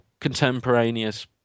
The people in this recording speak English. contemporaneous